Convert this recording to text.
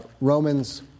Romans